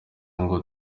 ngo